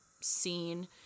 scene